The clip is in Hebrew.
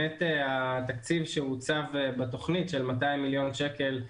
והתקציב שהוצב בתכנית של 200 מיליון שקל,